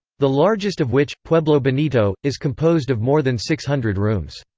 the largest of which, pueblo bonito, is composed of more than six hundred rooms.